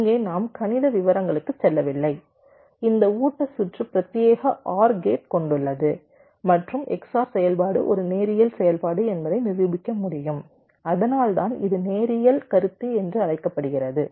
இங்கே நாம் கணித விவரங்களுக்கு செல்லவில்லை இந்த ஊட்ட சுற்று பிரத்தியேக OR கேட் கொண்டுள்ளது மற்றும் XOR செயல்பாடு ஒரு நேரியல் செயல்பாடு என்பதை நிரூபிக்க முடியும் அதனால்தான் இது நேரியல் கருத்து என்று அழைக்கப்படுகிறது